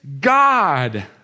God